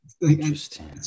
Interesting